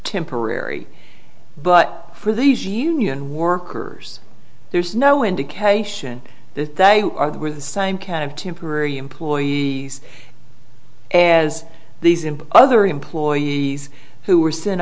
temporary but for these union workers there's no indication that they are the same kind of temporary employees and as these in other employees who were sent